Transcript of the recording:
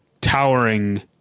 towering